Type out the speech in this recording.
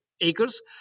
acres